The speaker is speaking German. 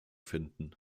finden